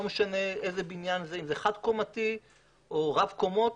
לא משנה איזה בניין זה, אם חד קומתי או רב קומות